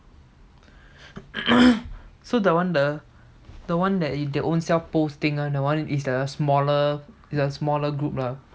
so the one the one that they own self post things [one] that one is the smaller the smaller group lah